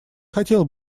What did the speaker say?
хотел